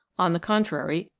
on the contrary,